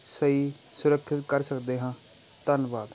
ਸਹੀ ਸੁਰੱਖਿਅਤ ਕਰ ਸਕਦੇ ਹਾਂ ਧੰਨਵਾਦ